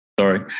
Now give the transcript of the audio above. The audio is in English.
Sorry